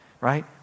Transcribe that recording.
right